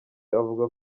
avuga